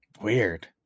Weird